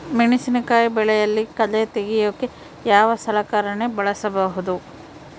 ಮೆಣಸಿನಕಾಯಿ ಬೆಳೆಯಲ್ಲಿ ಕಳೆ ತೆಗಿಯೋಕೆ ಯಾವ ಸಲಕರಣೆ ಬಳಸಬಹುದು?